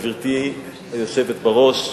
גברתי היושבת בראש,